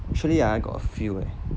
actually ah I got few eh